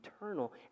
eternal